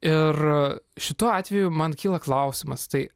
ir šituo atveju man kyla klausimas tai